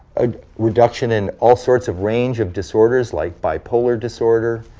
a reduction in all sorts of range of disorders like bipolar disorder,